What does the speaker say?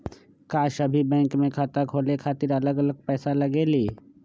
का सभी बैंक में खाता खोले खातीर अलग अलग पैसा लगेलि?